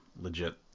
legit